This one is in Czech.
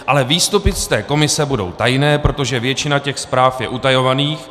Ale výstupy z té komise budou tajné, protože většina těch zpráv je utajovaných.